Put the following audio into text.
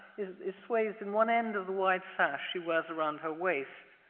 is is swathed in one end of the white sash she wears around her waist.